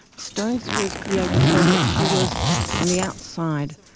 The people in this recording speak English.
stones was created so that she was on the outside.